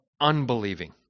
unbelieving